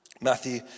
Matthew